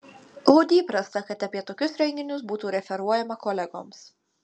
lud įprasta kad apie tokius renginius būtų referuojama kolegoms